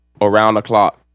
around-the-clock